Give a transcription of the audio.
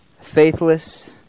faithless